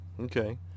okay